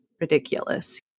ridiculous